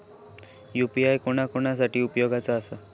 UPI कोणा कोणा साठी उपयोगाचा आसा?